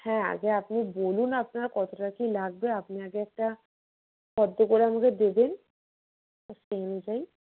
হ্যাঁ আগে আপনি বলুন আপনার কতটা কি লাগবে আপনি আগে একটা ফর্দ করে আমাকে দেবেন সেই অনুযায়ী